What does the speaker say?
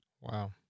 Wow